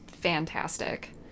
fantastic